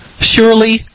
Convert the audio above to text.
surely